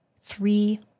three